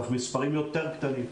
צריך להפעילן במספרים יותר קטנים.